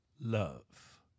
love